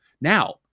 Now